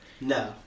No